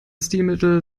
stilmittel